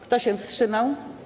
Kto się wstrzymał?